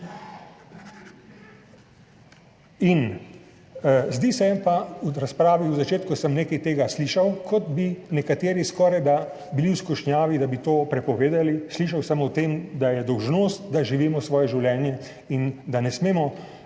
v razpravi v začetku sem nekaj tega slišal, kot bi nekateri skorajda bili v skušnjavi, da bi to prepovedali, slišal sem o tem, da je dolžnost, da živimo svoje življenje in da ne smemo